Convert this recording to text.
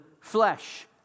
flesh